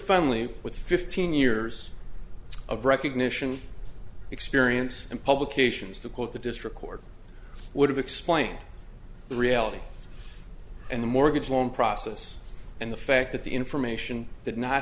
finally with fifteen years of recognition experience and publications to quote the district court would have explained the reality and the mortgage loan process and the fact that the information did not